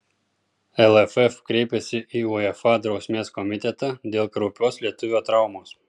lff kreipėsi į uefa drausmės komitetą dėl kraupios lietuvio traumos